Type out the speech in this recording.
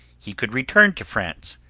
he could return to france,